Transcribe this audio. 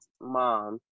mom